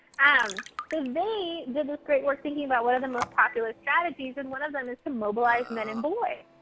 um so they did this great work thinking about what are the most popular strategies and one of them is to mobilize men and boys.